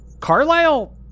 Carlisle